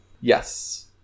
Yes